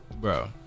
Bro